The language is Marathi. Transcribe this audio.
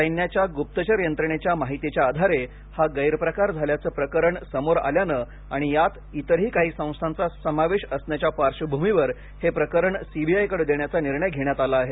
सैन्याच्या गुप्तचर यंत्रणेच्या माहितीच्या आधारे हा गैरप्रकार झाल्याचे प्रकरण समोर आल्याने आणि यात इतरही काही संस्थांचा समावेश असण्याच्या पार्श्वभूमीवर हे प्रकरण सी बी आय कडे देण्याचा निर्णय घेण्यात आला आहे